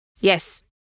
yes